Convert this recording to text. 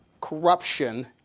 corruption